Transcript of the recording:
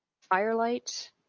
Firelight